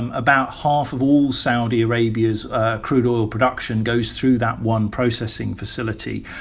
and about half of all saudi arabia's crude oil production goes through that one processing facility.